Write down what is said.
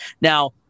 Now